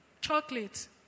chocolate